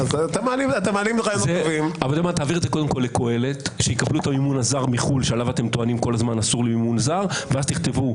קודם כל לקהלת שיקבלו את המימון הזר מחו"ל שעליו אתם טוענים ואז תכתבו.